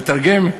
לתרגם?